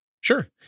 Sure